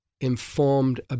informed